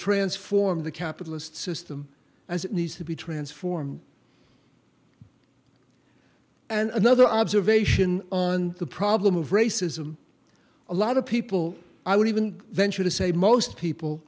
transform the capitalist system as it needs to be transformed and another observation on the problem of racism a lot of people i would even venture to say most people